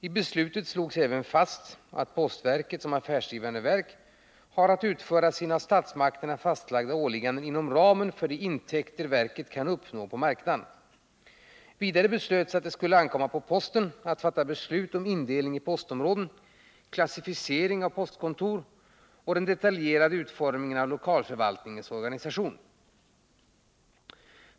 I beslutet slogs även fast att postverket som affärsdrivande verk har att utföra sina av statsmakterna fastlagda åligganden inom ramen för de intäkter verket kan uppnå på marknaden. Vidare beslöts att det skulle ankomma på postverket att fatta beslut om indelningen i postområden, klassificeringen av postkontor samt den detaljerade utformningen av lokalförvaltningens organisation.